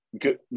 good